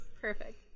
Perfect